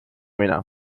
mina